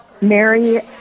Mary